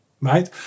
Right